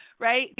Right